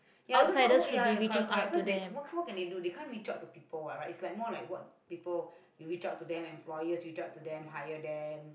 ya because wh~ what you're correct correct cause they what what can they do they can't reach out to people what right it's more like what people you reach out to them employers reach out to them hire them